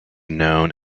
known